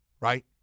right